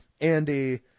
Andy